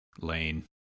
lane